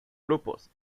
grupos